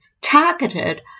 targeted